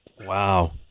Wow